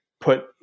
put